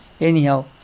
Anyhow